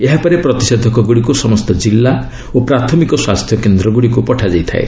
ଏହାପରେ ପ୍ରତିଷେଧକଗୁଡ଼ିକୁ ସମସ୍ତ କିଲ୍ଲା ଓ ପ୍ରାଥମିକ ସ୍ୱାସ୍ଥ୍ୟକେନ୍ଦ୍ରଗୁଡ଼ିକୁ ପଠାଯାଇଥାଏ